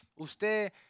usted